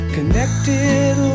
Connected